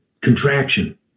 contraction